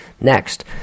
Next